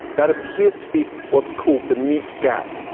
that appears to be what's called the neat gap.